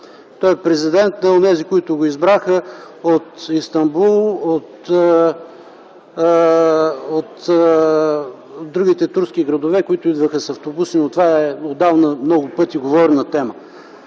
Той е президент на онези, които го избраха от Истанбул и от другите турски градове, които идваха с автобуси, но това е отделна тема, по която